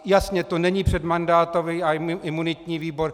Jasně, to není před mandátový a imunitní výbor.